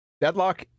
Deadlock